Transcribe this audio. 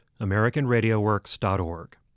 AmericanRadioWorks.org